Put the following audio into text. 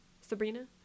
Sabrina